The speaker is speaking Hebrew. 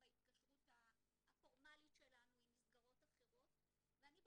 בהתקשרות הפורמלית שלנו עם מסגרות אחרות ואני,